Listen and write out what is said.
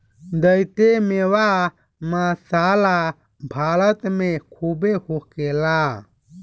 जेइसे मेवा, मसाला भारत मे खूबे होखेला